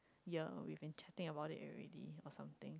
year we've been chatting about it already or something